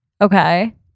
Okay